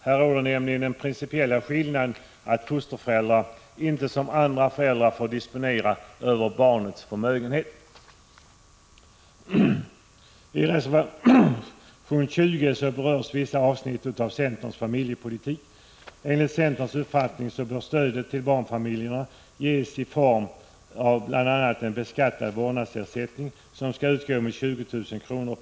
Här råder nämligen den pricipiella skillnaden att fosterföräldrar inte som andra föräldrar får disponera över barnets förmögenhet. I reservation 20 behandlas vissa avsnitt av centerns familjepolitik. Enligt centerns uppfattning bör stödet till barnfamiljerna ges i form av bl.a. en beskattad vårdnadsersättning som skall utgå med 24 000 kr.